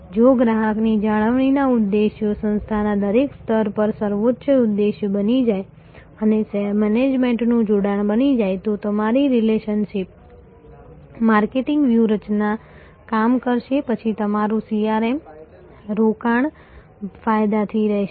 જો ગ્રાહકની જાળવણીના ઉદ્દેશો સંસ્થાના દરેક સ્તર પર સર્વોચ્ચ ઉદ્દેશ્ય બની જાય અને મેનેજમેન્ટનું જોડાણ બની જાય તો તમારી રિલેશનશિપ માર્કેટિંગ વ્યૂહરચના કામ કરશે પછી તમારું CRM રોકાણ ફળદાયી રહેશે